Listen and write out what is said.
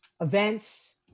events